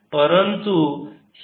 परंतु ही surface density आहे